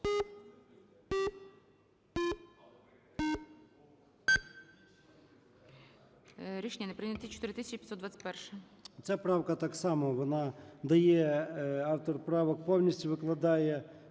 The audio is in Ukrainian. Рішення не прийнято. 4523-я.